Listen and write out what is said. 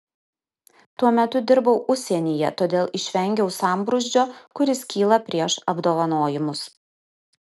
tuo metu dirbau užsienyje todėl išvengiau sambrūzdžio kuris kyla prieš apdovanojimus